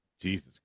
Jesus